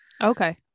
Okay